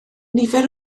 nifer